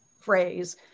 phrase